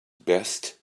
best